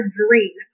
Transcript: dream